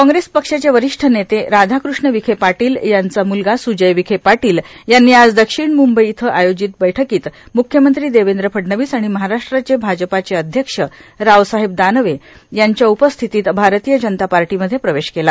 काँग्रेस पक्षाचे वरिष्ठ नेते राधाकृष्ण विखे पाटील यांचा मुलगा सुजय विखे पाटील यांनी आज दक्षिण मुंबई इथं आयोजित बैठकीत मुख्यमंत्री देवेंद्र फडणवीस आणि महाराष्ट्राचे भाजपाचे अध्यक्ष रावसाहेब दानवे यांच्या उपस्थितीत भारतीय जनता पार्टीमध्ये प्रवेश केला